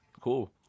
Cool